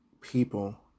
people